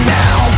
now